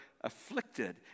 afflicted